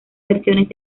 versiones